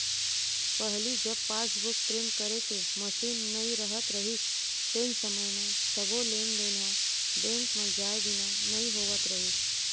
पहिली जब passbook print करे के मसीन नइ रहत रहिस तेन समय म सबो लेन देन ह बेंक म जाए बिना नइ होवत रहिस